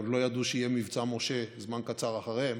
עוד לא ידעו שיהיה מבצע משה זמן קצר אחריהם,